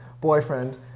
boyfriend